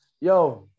Yo